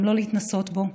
גם לא להתנסות בו,